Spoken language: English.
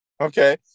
Okay